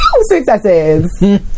successes